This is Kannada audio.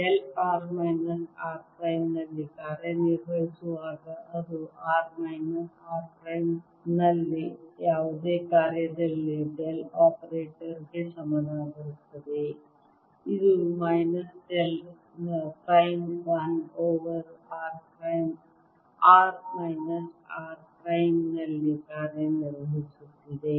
ಡೆಲ್ r ಮೈನಸ್ r ಪ್ರೈಮ್ನಲ್ಲಿ ಕಾರ್ಯನಿರ್ವಹಿಸುವಾಗ ಇದು r ಮೈನಸ್ r ಪ್ರೈಮ್ನಲ ಯಾವುದೇ ಕಾರ್ಯದಲ್ಲಿ ಡೆಲ್ ಆಪರೇಟರ್ಗೆ ಸಮನಾಗಿರುತ್ತದೆ ಇದು minus del prime 1 over r minus r ಪ್ರೈಮ್ನಲ್ಲಿ ಕಾರ್ಯನಿರ್ವಹಿಸುತ್ತದೆ